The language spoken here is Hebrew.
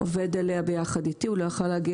עובד עליה ביחד אתי הוא לא יכול היה להגיע